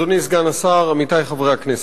תודה רבה, אדוני סגן השר, עמיתי חברי הכנסת,